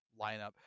lineup